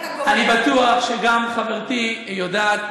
חברתי יודעת,